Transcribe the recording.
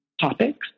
topics